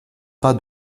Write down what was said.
pas